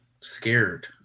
scared